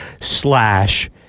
Slash